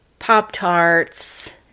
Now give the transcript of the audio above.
Pop-Tarts